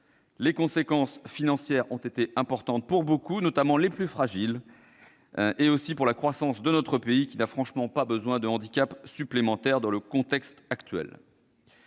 Les conséquences financières ont été importantes pour beaucoup, notamment les plus fragiles. Cela a aussi eu un impact sur la croissance de notre pays, qui n'a franchement pas besoin de handicap supplémentaire dans le contexte actuel.